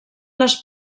les